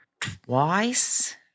twice